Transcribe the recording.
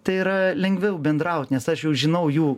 tai yra lengviau bendraut nes aš jau žinau jų